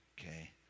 okay